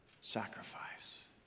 sacrifice